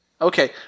Okay